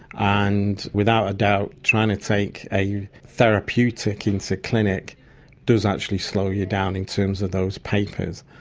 and without a doubt trying to take a therapeutic into clinic does actually slow you down in terms of those papers.